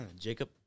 Jacob